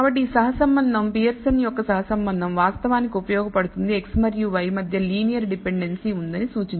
కాబట్టి ఈ సహసంబంధం పియర్సన్ యొక్క సహసంబంధం వాస్తవానికి ఉపయోగపడుతుంది x మరియు y మధ్య లీనియర్ డిపెండెన్సీ ఉందని సూచించడానికి